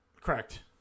correct